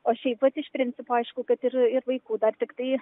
o šiaip vat iš principo aišku kad ir ir vaikų dar tiktai